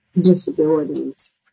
disabilities